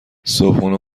صبحونه